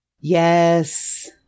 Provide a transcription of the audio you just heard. Yes